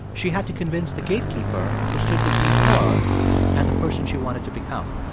she had to convince the gatekeeper who stood between her and the person she wanted to become.